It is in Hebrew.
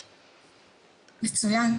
מצוין,